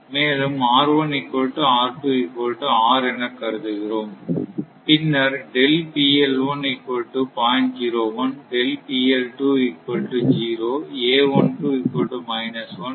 மேலும் என கருதுகிறோம்